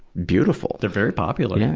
beautiful. they're very popular. yeah